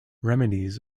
remedies